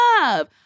love